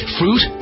fruit